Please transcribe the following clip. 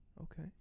Okay